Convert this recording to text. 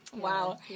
Wow